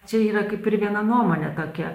čia yra kaip ir viena nuomonė tokia